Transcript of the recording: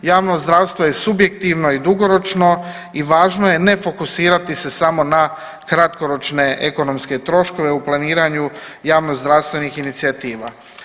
Javno zdravstvo je subjektivno i dugoročno i važno je ne fokusirati se samo na kratkoročne ekonomske troškove u planiranju javnozdravstvenih inicijativa.